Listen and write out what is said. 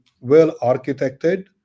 well-architected